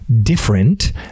different